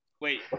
Wait